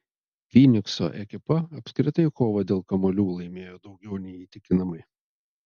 fynikso ekipa apskritai kovą dėl kamuolių laimėjo daugiau nei įtikinamai